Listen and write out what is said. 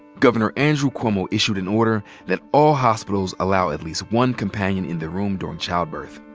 governor andrew cuomo issued an order that all hospitals allow at least one companion in the room during childbirth.